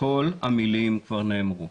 כל המילים כבר נאמרו.